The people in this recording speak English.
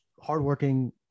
hardworking